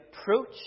approach